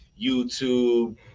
YouTube